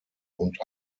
und